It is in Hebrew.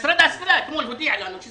משרד ההשכלה הודיע לנו אתמול שזה לא עבר.